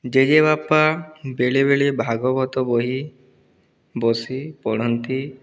ଜେଜେବାପା ବେଳେବେଳେ ଭାଗବତ ବହି ବସି ପଢ଼ନ୍ତି